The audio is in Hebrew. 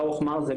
ברוך מרזל,